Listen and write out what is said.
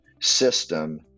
system